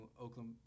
Oakland